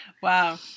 Wow